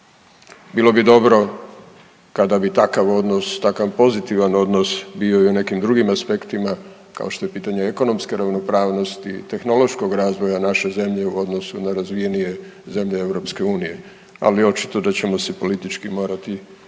Bilo bi dobro kada bi takav odnos, takav pozitivan odnos bio i u nekim drugim aspektima kao što je pitanje ekonomske ravnopravnosti, tehnološkog razvoja naše zemlje u odnosu na razvijenije zemlje EU, ali očito da ćemo se politički morati potruditi